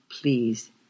please